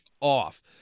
off